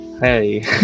Hey